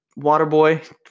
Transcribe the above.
Waterboy